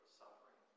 suffering